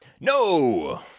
no